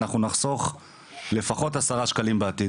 אנחנו נחסוך לפחות עשרה שקלים בעתיד.